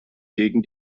gegen